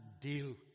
deal